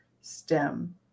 STEM